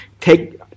take